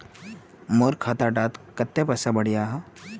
मोर खाता डात कत्ते पैसा बढ़ियाहा?